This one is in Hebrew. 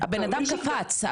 הבן אדם קפץ,